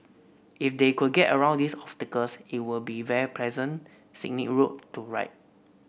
if they could get around these obstacles it would be a very pleasant scenic route to ride